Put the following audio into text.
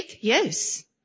yes